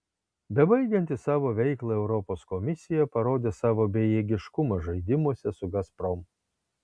bebaigianti savo veiklą europos komisija parodė savo bejėgiškumą žaidimuose su gazprom